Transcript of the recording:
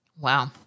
Wow